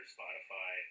Spotify